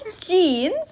jeans